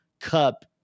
cup